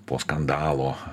po skandalo